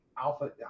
Alpha